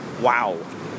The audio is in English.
Wow